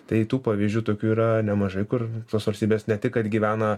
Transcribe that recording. tai tų pavyzdžių tokių yra nemažai kur tos valstybės ne tik atgyvena